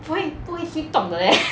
不会不会主动的 leh